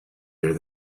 here